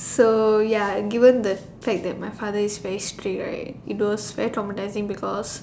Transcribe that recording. so ya given the fact that my father is very strict right it was very traumatising because